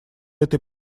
этой